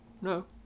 No